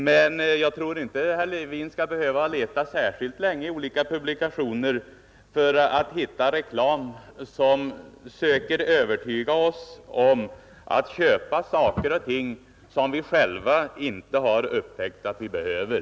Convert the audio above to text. Men jag tror inte att herr Levin skall behöva leta särskilt länge i olika publikationer för att hitta reklam som söker övertyga oss att köpa saker och ting som vi själva inte har upptäckt att vi behöver.